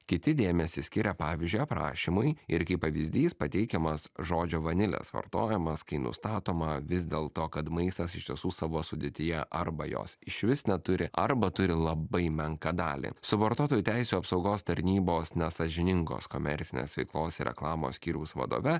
kiti dėmesį skiria pavyzdžiui aprašymui ir kaip pavyzdys pateikiamas žodžio vanilės vartojimas kai nustatoma vis dėlto kad maistas iš tiesų savo sudėtyje arba jos išvis neturi arba turi labai menką dalį su vartotojų teisių apsaugos tarnybos nesąžiningos komercinės veiklos ir reklamos skyriaus vadove